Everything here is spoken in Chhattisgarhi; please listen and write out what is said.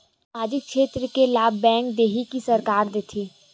सामाजिक क्षेत्र के लाभ बैंक देही कि सरकार देथे?